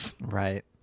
Right